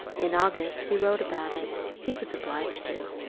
in august he wrote about it. he was obliged to.